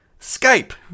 Skype